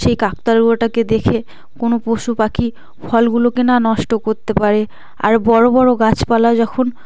সেই কাকতাড়ুয়াটাকে দেখে কোনো পশু পাখি ফলগুলোকে না নষ্ট করতে পারে আর বড়ো বড়ো গাছপালা যখন